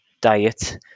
diet